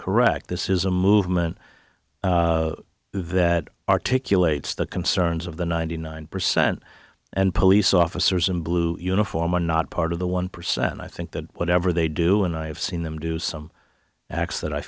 correct this is a movement that articulate the concerns of the ninety nine percent and police officers in blue uniform are not part of the one percent i think that whatever they do and i have seen them do some acts that i